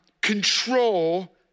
control